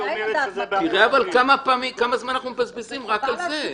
--- תראה כמה זמן אנחנו מבזבזים רק על זה.